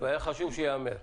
היה חשוב שזה ייאמר.